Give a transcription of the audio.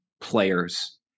players